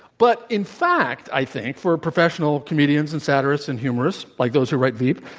but in fact, i think, for professional comedians and satirists and humorists, like those who write veep,